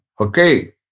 Okay